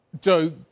Joe